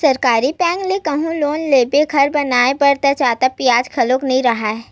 सरकारी बेंक ले कहूँ लोन लेबे घर बनाए बर त जादा बियाज घलो नइ राहय